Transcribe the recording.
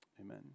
Amen